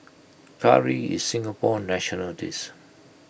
Curry is Singapore's national dish